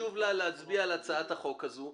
שחשוב לה להצביע על הצעת החוק הזאת,